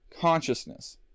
consciousness